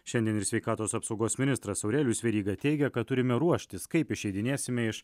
šiandien ir sveikatos apsaugos ministras aurelijus veryga teigia kad turime ruoštis kaip išeidinėsime iš